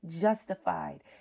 justified